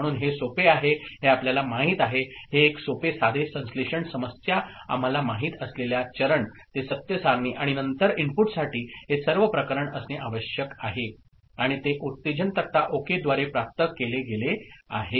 म्हणून हे सोपे आहे हे आपल्याला माहित आहे हे एक सोपे साधे संश्लेषण समस्या अडचण आम्हाला माहित असलेल्या चरण पाऊल ते सत्य सारणी आणि नंतर इनपुटसाठी हे सर्व प्रकरण असणे आवश्यक आहे आणि ते उत्तेजन तक्ता ओकेद्वारे प्राप्त केले गेले आहे